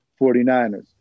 49ers